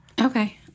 Okay